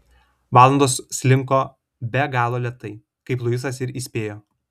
valandos slinko be galo lėtai kaip luisas ir įspėjo